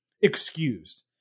excused